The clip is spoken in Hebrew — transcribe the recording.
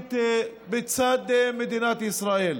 עצמית בצד מדינת ישראל.